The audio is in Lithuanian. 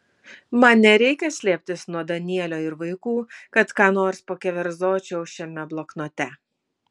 man nereikia slėptis nuo danielio ir vaikų kad ką nors pakeverzočiau šiame bloknote